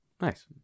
Nice